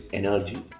energy